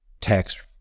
tax